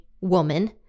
woman